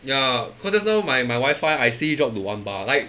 ya cause just now my my wifi I see it drop to one bar like